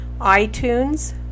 iTunes